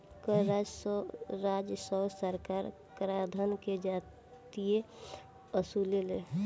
कर राजस्व सरकार कराधान के जरिए वसुलेले